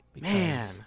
Man